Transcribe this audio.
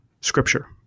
Scripture